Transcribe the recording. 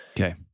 Okay